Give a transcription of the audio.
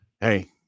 hey